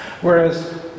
Whereas